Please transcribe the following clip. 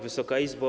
Wysoka Izbo!